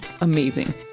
amazing